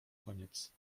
koniec